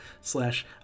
slash